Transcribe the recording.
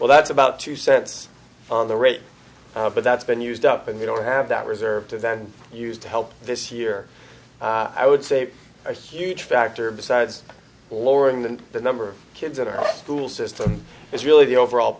well that's about two cents on the rate but that's been used up and we don't have that reserve to then use to help this year i would say a huge factor besides lowering the the number of kids in our school system is really the overall